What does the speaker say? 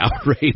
outrage